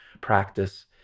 practice